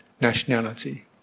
nationality